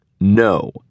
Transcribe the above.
no